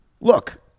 look